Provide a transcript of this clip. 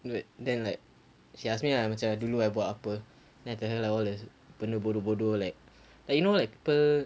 wait then like she asked me ah macam dulu I buat apa then I told her like all those benda bodoh bodoh like like you know like people